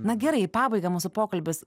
na gerai į pabaigą mūsų pokalbis